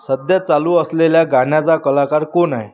सध्या चालू असलेल्या गाण्याचा कलाकार कोण आहे